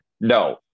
No